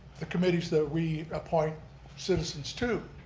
the committees that we appoint citizens to.